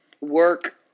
work